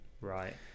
Right